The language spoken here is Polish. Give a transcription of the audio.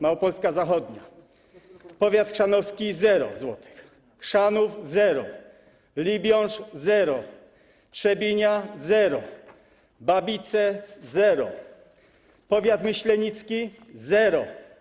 Małopolska zachodnia: powiat chrzanowski - 0 zł, Chrzanów - zero, Libiąż - zero, Trzebinia - zero, Babice - zero, powiat myślenicki - zero.